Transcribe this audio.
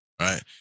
right